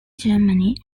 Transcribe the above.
germany